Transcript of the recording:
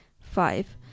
Five